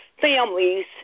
families